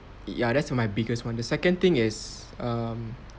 ya that's my biggest one the second thing is um